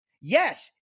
yes